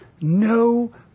no